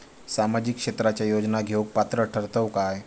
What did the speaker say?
सामाजिक क्षेत्राच्या योजना घेवुक पात्र ठरतव काय?